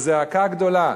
וזעקה גדולה,